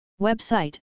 Website